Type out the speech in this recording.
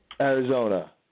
Arizona